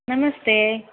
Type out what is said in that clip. नमस्ते